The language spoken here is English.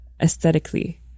aesthetically